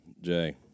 Jay